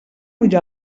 ull